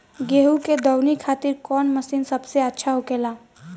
गेहु के दऊनी खातिर कौन मशीन सबसे अच्छा होखेला?